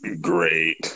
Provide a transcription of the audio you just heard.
Great